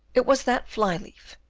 it was that fly-leaf,